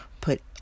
put